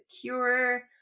cure